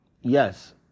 yes